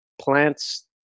plants